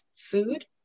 food